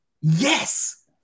Yes